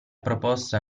proposta